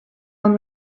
old